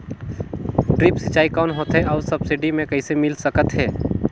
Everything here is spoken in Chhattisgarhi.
ड्रिप सिंचाई कौन होथे अउ सब्सिडी मे कइसे मिल सकत हे?